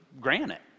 granite